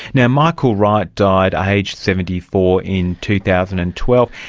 yeah michael wright died aged seventy four in two thousand and twelve.